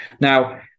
Now